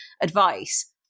advice